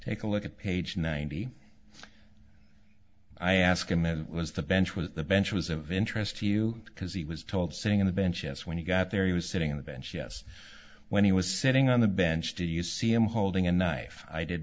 take a look at page ninety i ask him it was the bench was the bench was of interest to you because he was told sitting on the bench yes when he got there he was sitting on the bench yes when he was sitting on the bench do you see him holding a knife i did